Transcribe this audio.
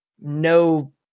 no